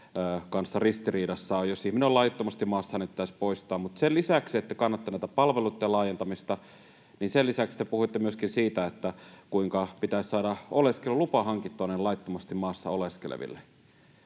kanssa ristiriidassa. Jos ihminen on laittomasti maassa, hänet pitäisi poistaa. Mutta sen lisäksi, että kannatatte näitten palveluitten laajentamista, te puhuitte myöskin siitä, kuinka pitäisi saada oleskelulupa hankittua näille laittomasti maassa oleskeleville.